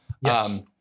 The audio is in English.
Yes